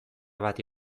bati